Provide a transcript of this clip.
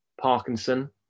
Parkinson